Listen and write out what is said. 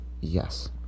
Yes